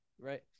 right